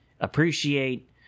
appreciate